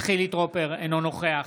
אינו נוכח